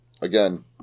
again